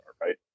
right